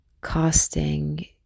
costing